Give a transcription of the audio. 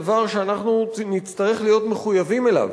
הדבר שאנחנו נצטרך להיות מחויבים אליו,